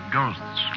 Ghosts